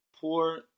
poor